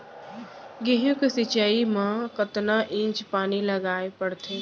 गेहूँ के सिंचाई मा कतना इंच पानी लगाए पड़थे?